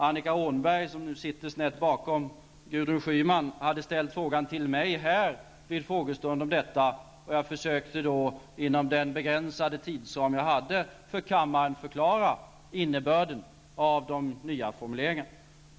Annika Åhnberg, som sitter snett bakom Gudrun Schyman, frågade mig vid en frågestund om detta, och jag försökte inom den begränsade tidsram jag hade förklara för kammaren innebörden av de nya formuleringarna.